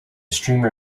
streamer